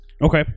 Okay